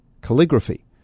calligraphy